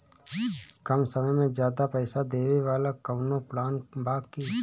कम समय में ज्यादा पइसा देवे वाला कवनो प्लान बा की?